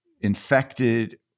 infected